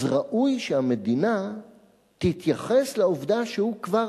אז ראוי שהמדינה תתייחס לעובדה שהוא כבר